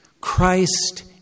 Christ